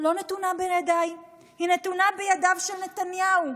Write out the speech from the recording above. לא נתונה בידיו, היא נתונה בידיו של נתניהו.